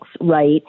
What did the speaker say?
right